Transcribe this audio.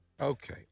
Okay